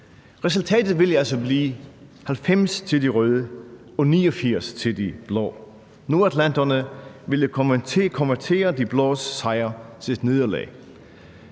Resultatet ville altså blive 90 til de røde og 89 til de blå. Nordatlanterne ville konvertere de blås sejr til et nederlag.